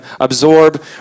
absorb